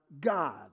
God